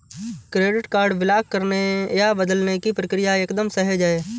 credit card block करने या बदलने की प्रक्रिया एकदम सहज है